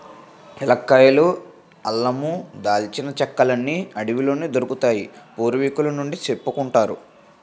ఏలక్కాయలు, అల్లమూ, దాల్చిన చెక్కలన్నీ అడవిలోనే దొరుకుతాయని పూర్వికుల నుండీ సెప్పుకుంటారు